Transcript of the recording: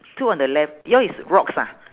two on the left your is rocks ah